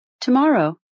Tomorrow